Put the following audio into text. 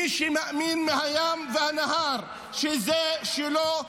מי שמאמין מהים והנהר שזה שלו,